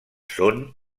són